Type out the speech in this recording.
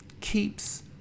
keeps